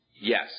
Yes